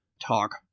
talk